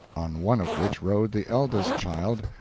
on one of which rode the eldest child,